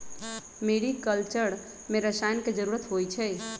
mariculture में रसायन के जरूरत होई छई